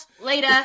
later